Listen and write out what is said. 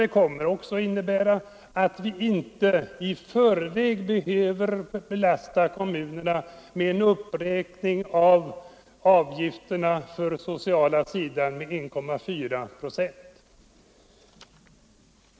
Det kommer också att innebära att vi inte i förväg behöver belasta kommunerna med en uppräkning av utgifterna på den sociala sidan med 1,4 procent.